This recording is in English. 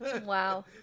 wow